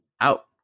out